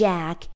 Jack